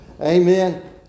Amen